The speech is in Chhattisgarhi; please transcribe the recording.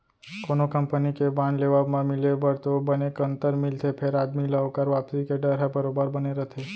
कोनो कंपनी के बांड लेवब म मिले बर तो बने कंतर मिलथे फेर आदमी ल ओकर वापसी के डर ह बरोबर बने रथे